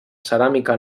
ceràmica